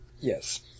Yes